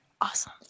Awesome